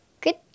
Good